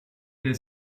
der